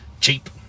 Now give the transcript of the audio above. cheap